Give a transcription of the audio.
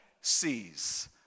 sees